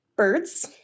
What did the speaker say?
Birds